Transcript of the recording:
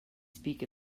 speak